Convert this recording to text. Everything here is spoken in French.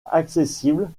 accessibles